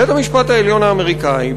בית-המשפט העליון האמריקני,